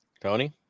Tony